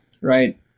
right